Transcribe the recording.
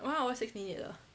one hour six minute 了